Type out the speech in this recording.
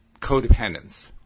codependence